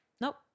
Nope